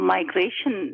Migration